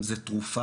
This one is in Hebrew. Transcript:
אם זו תרופה,